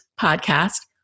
podcast